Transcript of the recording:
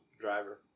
driver